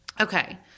Okay